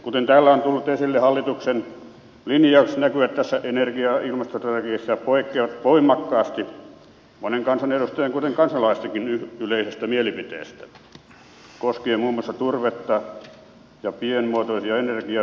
kuten täällä on tullut esille hallituksen linjaukset näkyvät tässä energia ja ilmastostrategiassa ja poikkeavat voimakkaasti monen kansanedustajan kuten kansalaistenkin yleisestä mielipiteestä koskien muun muassa turvetta ja pienimuotoista bioenergiatuotantoa